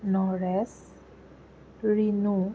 Naresh Rinu